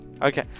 Okay